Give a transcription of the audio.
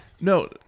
No